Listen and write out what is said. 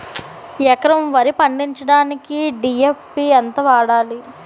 ఎకరం వరి పండించటానికి డి.ఎ.పి ఎంత వాడాలి?